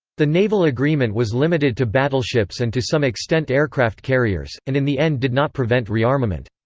the naval agreement was limited to battleships and to some extent aircraft carriers, and in the end did not prevent rearmament.